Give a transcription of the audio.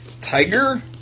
tiger